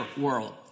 world